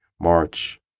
March